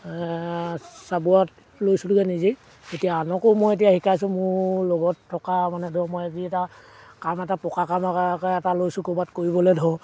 চাবুৱাত লৈছিলোঁগৈ নিজেই এতিয়া আনকো মই এতিয়া শিকাইছোঁ মোৰ লগত থকা মানে ধৰক মই আজি এটা কাম এটা পকা কাম এটাকে এটা লৈছোঁ ক'ৰবাত কৰিবলৈ ধৰক